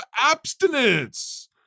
abstinence